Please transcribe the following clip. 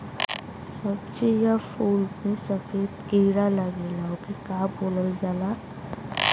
सब्ज़ी या फुल में सफेद कीड़ा लगेला ओके का बोलल जाला?